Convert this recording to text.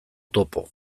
topo